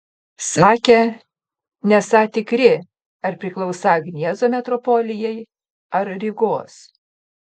sakę nesą tikri ar priklausą gniezno metropolijai ar rygos